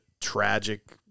tragic